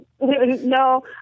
No